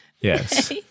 Yes